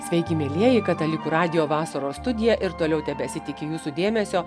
sveiki mielieji katalikų radijo vasaros studija ir toliau tebesitiki jūsų dėmesio